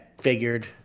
figured